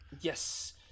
Yes